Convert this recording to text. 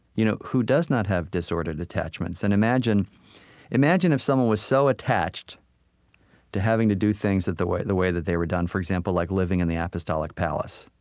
you know who does not have disordered attachments. and imagine imagine if someone was so attached to having to do things the way the way that they were done. for example, like living in the apostolic palace.